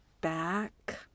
back